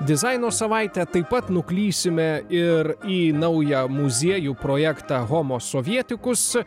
dizaino savaitę taip pat nuklysime ir į naują muziejų projektą homo sovietikus